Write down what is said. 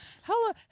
Hello